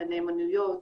לנאמנויות.